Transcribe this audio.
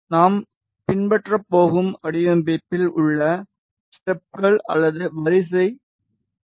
நாம் பின்பற்றப் போகும் வடிவமைப்பில் உள்ள ஸ்டெப்கள் அல்லது வரிசை இது